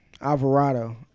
Alvarado